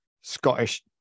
Scottish